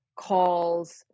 calls